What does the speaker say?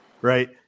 right